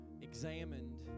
examined